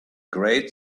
great